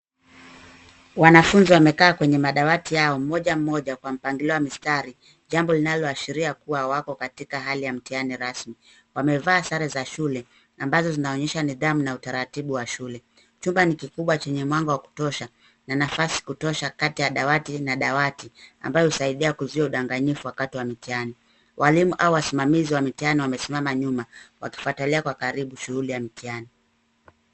Wanafunzi wamekaa kwenye madawati yao moja moja kwa mpangilio wa mistari, jambo linaloashiria kuwa wako katika hali ya mtihani rasmi. Wamevaa sare za shule ambazo zinaonyesha nidhamu na utaratibu wa shule. Chumba ni kikubwa chenye mwanga wa kutosha na nafasi kutosha kati ya dawati na dawati ambayo husaidia kuzuia udanganyifu wakati wa mtihani. Walimu au wasimamizi wa mitihani wamesimama nyuma wakifuatilia kwa karibu shughuli ya mtihani.